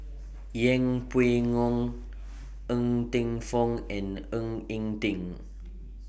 Yeng Pway Ngon Ng Teng Fong and Ng Eng Teng